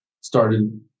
started